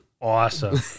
Awesome